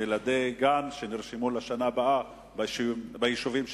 ילדי גן שנרשמו לשנה הבאה ביישובים שציינת.